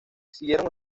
siguieron